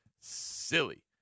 silly